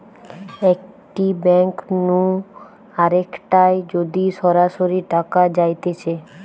একটি ব্যাঙ্ক নু আরেকটায় যদি সরাসরি টাকা যাইতেছে